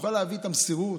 נוכל להביא את המסירות.